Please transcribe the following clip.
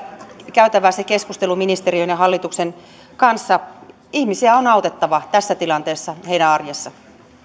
käytävä se keskustelu ministeriön ja hallituksen kanssa ihmisiä on autettava tässä tilanteessa heidän arjessaan